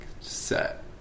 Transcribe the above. set